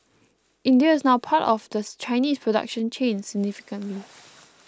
India is now a part of the Chinese production chain significantly